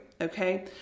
okay